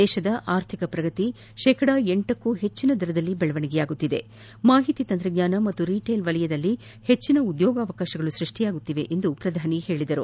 ದೇಶದ ಆರ್ಥಿಕ ಪ್ರಗತಿ ಶೇಕಡ ಲಕ್ಷೂ ಹೆಚ್ಚಿನ ದರದಲ್ಲಿ ಬೆಳವಣಿಗೆಯಾಗುತ್ತಿದೆ ಮಾಹಿತಿ ತಂತ್ರಜ್ಞಾನ ಮತ್ತು ರೀಟೇಲ್ ವಲಯದಲ್ಲಿ ಹೆಚ್ಚಿನ ಉದ್ಯೋಗಾವಕಾಶಗಳು ಸ್ಪಷ್ಟಿಯಾಗುತ್ತಿವೆ ಎಂದು ಪ್ರಧಾನಿ ಹೇಳಿದರು